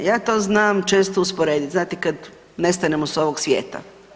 Ja to znam često usporediti znate kad nestanemo sa ovog svijeta.